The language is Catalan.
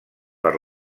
per